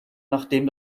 nachdem